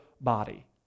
body